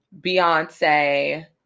Beyonce